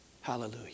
Hallelujah